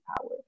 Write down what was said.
power